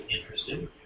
interested